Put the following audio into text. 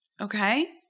okay